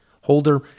holder